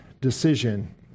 decision